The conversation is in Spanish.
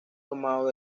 tomado